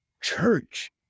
church